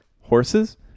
horses